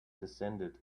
descended